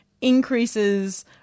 increases